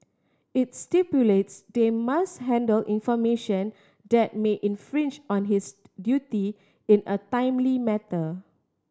it stipulates they must handle information that may infringe on his duty in a timely matter